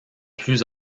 plus